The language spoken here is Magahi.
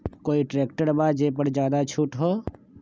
कोइ ट्रैक्टर बा जे पर ज्यादा छूट हो?